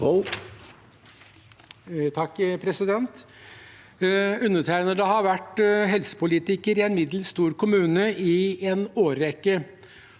Undertegnede har vært helsepolitiker i en middels stor kommune i en årrekke.